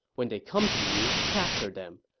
when they come to you, capture them.